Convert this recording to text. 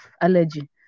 allergy